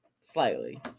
slightly